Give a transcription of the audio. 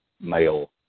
male